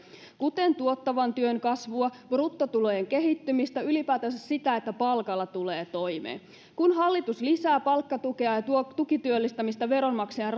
kuten tuottavan työn kasvua bruttotulojen kehittymistä ylipäätänsä sitä että palkalla tulee toimeen kun hallitus lisää palkkatukea ja tukityöllistämistä veronmaksajan